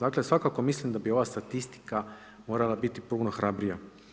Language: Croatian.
Dakle svakako mislim da bi ova statistika morala biti puno hrabrija.